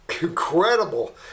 incredible